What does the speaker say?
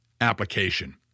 application